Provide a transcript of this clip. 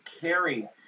caring